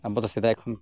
ᱟᱵᱚ ᱫᱚ ᱥᱮᱫᱟᱭ ᱠᱷᱚᱱ